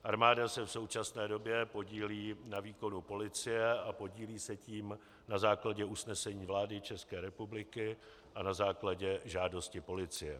Armáda se v současné době podílí na výkonu policie a podílí se tím na základě usnesení vlády České republiky a na základě žádosti policie.